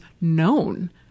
known